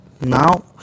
now